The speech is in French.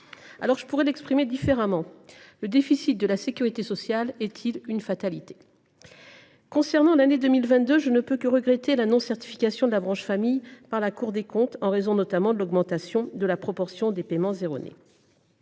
sociale. Pour le dire autrement : le déficit de la sécurité sociale est il une fatalité ? Pour l’année 2022, je ne peux que regretter la non certification de la branche famille par la Cour des comptes, notamment en raison de l’augmentation de la proportion de paiements erronés.